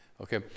okay